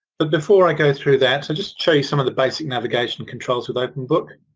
but before i go through that i'll just show you some of the basic navigation controls with openbook.